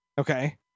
Okay